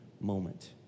moment